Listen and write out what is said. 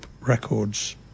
Records